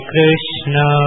Krishna